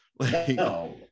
No